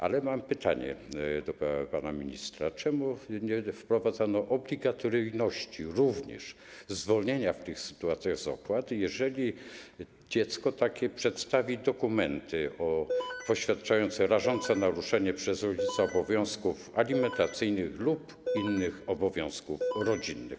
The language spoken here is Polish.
Ale mam pytanie do pana ministra: Czemu nie wprowadzono również obligatoryjności zwolnienia w tych sytuacjach z opłat, jeżeli dziecko takie przedstawi dokumenty poświadczające rażące naruszenie przez rodzica obowiązków alimentacyjnych lub innych obowiązków rodzinnych?